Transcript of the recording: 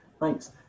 Thanks